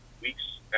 weeks